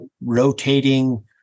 rotating